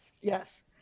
yes